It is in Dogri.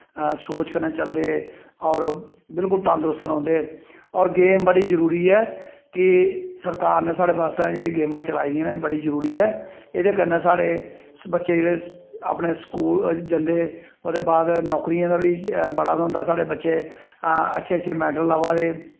सोच कन्नै चलदे और बिल्कुल तंदरुस्त रौंह्दे और गेम बड़ी जरूरी ऐ कि सरकार नै साढ़ै वास्तै जो गेमां चलाई दियां नै एह् बड़ी जरूरी ऐ एह्दै कन्नै साढ़े बच्चे जेह्ड़े अपनै स्कूल जंदे ओह्दै बाद नौकरियें दा बी बड़ा होंदा साढ़े बच्चे अच्छे अच्छे मैडल अवा दे